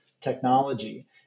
technology